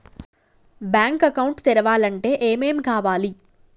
Bank account తెరవాలంటే ఏమేం కావాలి?